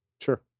Sure